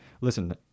listen